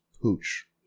hooch